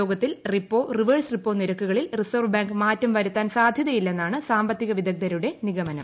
യോഗ്ടത്തീൽ repo reverse repo നിരക്കുകളിൽ reserve bank മാറ്റ് പ്രര്യത്താൻ സാധൃതയില്ലെന്നാണ് സാമ്പത്തിക വിദഗ്ധരുടെ നിഗമനും